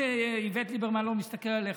אם איווט ליברמן לא מסתכל עליך,